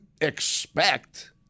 expect